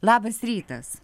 labas rytas